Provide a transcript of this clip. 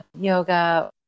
yoga